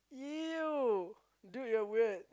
!eww! dude you're weird